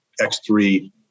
X3